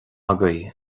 agaibh